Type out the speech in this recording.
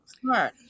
smart